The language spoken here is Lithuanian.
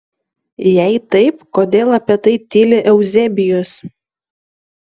jei taip kodėl apie tai tyli euzebijus